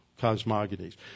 cosmogonies